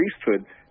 priesthood